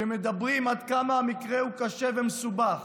ומדברים עד כמה המקרה הוא קשה ומסובך.